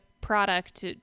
product